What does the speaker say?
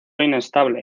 inestable